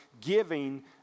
giving